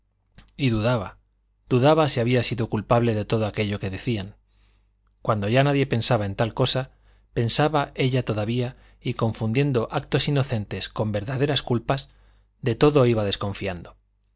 y dudaba dudaba si había sido culpable de todo aquello que decían cuando ya nadie pensaba en tal cosa pensaba ella todavía y confundiendo actos inocentes con verdaderas culpas de todo iba desconfiando